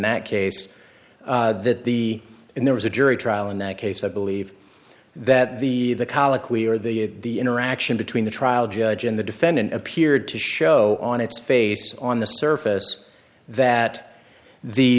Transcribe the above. that case that the and there was a jury trial in that case i believe that the colloquy or the interaction between the trial judge and the defendant appeared to show on its face on the surface that the